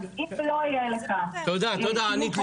אז אם לא יהיה לך, תודה, תודה, ענית לי.